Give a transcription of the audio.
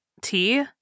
Tea